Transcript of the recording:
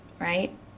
right